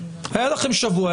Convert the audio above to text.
היה לכם שבוע,